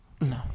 No